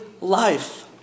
life